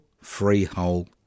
Freehold